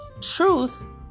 truth